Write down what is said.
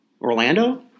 Orlando